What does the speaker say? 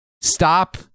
Stop